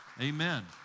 Amen